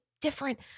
different